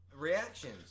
reactions